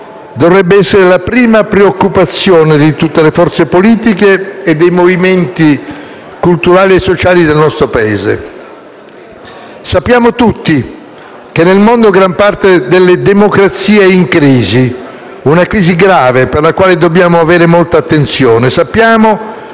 dovrebbe essere la prima preoccupazione di tutte le forze politiche e dei movimenti culturali e sociali del nostro Paese. Sappiamo tutti che nel mondo gran parte delle democrazie è in crisi; una crisi grave, per la quale dobbiamo avere molta attenzione. Sappiamo che